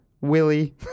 Willie